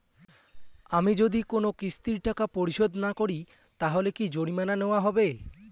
আমি যদি কোন কিস্তির টাকা পরিশোধ না করি তাহলে কি জরিমানা নেওয়া হবে?